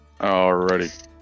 Alrighty